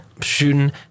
shooting